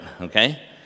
Okay